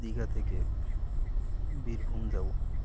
দীঘা থেকে বীরভূম যাবো